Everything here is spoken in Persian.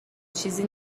چیزی